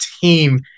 team